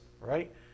right